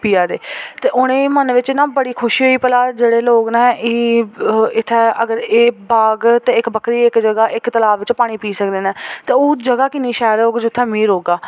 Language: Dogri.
पियै दे ते उनेंगी मन बिच्च न बड़ी खुशी होई भला जेह्ड़े लोक न एह् इत्थै अगर एह् बाघ ते इक बक्करी इक जगह् इक तलाब बिच्च पानी पी सकदे न ते ओह् जगह् किन्नी शैल होग जित्थें मी रौह्गा